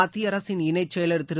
மத்திய அரசின் இளைச் செயலர் திரு